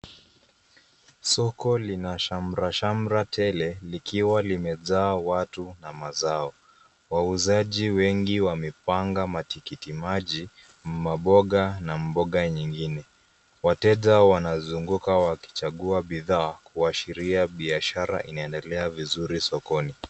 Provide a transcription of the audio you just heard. Soko lina shamrashamra tele likiwa limejaa watu na mazao. Wauzaji wengi wamepanga matikiti maji, maboga na mboga nyingine. Wateja wanazunguka wakichagua bidhaa, kuashiria biashara inaendelea vizuri sokoni.